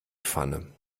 pfanne